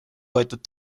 võetud